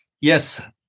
Yes